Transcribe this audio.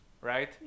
right